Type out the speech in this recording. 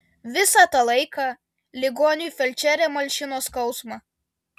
visą tą laiką ligoniui felčerė malšino skausmą